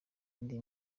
indi